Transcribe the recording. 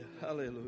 Hallelujah